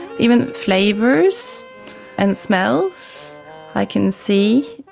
even flavours and smells i can see.